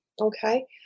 Okay